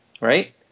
right